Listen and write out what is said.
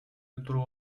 туруп